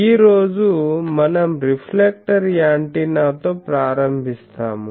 ఈ రోజు మనం రిఫ్లెక్టర్ యాంటెన్నాతో ప్రారంభిస్తాము